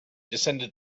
descended